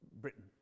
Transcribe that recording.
Britain